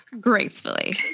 Gracefully